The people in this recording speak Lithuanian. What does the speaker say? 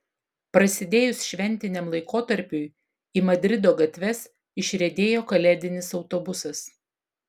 prasidėjus šventiniam laikotarpiui į madrido gatves išriedėjo kalėdinis autobusas